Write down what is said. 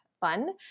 fun